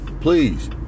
please